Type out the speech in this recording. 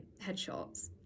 headshots